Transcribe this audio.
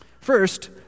First